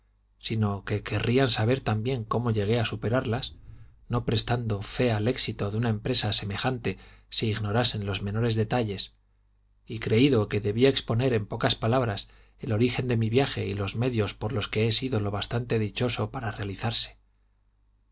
sino que querrían saber también cómo llegué a superarlas no prestando fe al éxito de una empresa semejante si ignorasen los menores detalles y creído que debía exponer en pocas palabras el origen de mi viaje y los medios por los que he sido lo bastante dichoso para realizarse el